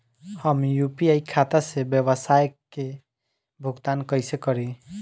हम यू.पी.आई खाता से व्यावसाय के भुगतान कइसे करि?